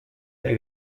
der